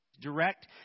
direct